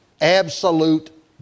absolute